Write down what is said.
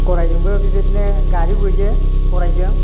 गरायजोंबो बेबादिनो गारि बोयो गरायजों